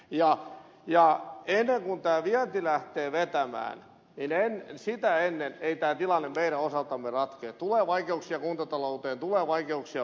ennen kuin vienti lähtee vetämään ei tämä tilanne meidän osaltamme ratkea tulee vaikeuksia kuntatalouteen tulee vaikeuksia muualle